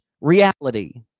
reality